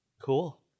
cool